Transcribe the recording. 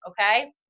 okay